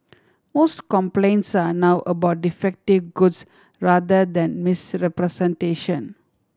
most complaints are now about defective goods rather than misrepresentation